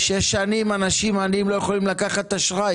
שש שנים אנשים עניים לא יכולים לקחת אשראי